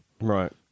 right